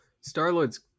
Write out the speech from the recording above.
Star-Lord's